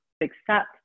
accept